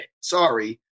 Sorry